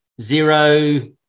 Zero